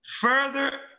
further